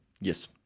Yes